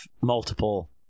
multiple